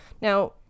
Now